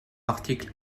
article